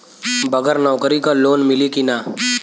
बगर नौकरी क लोन मिली कि ना?